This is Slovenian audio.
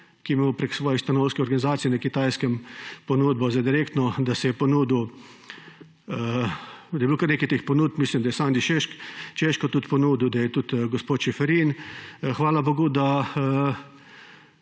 je imel preko svojih stanovskih organizacij na Kitajskem ponudbo za direktno … Da je bilo kar nekaj teh ponudb, mislim, da je Sandi Češko tudi ponudil, da je tudi gospod Čeferin. Hvala bogu, da